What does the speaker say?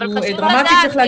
צריך להגיד,